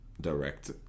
direct